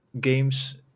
games